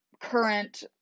Current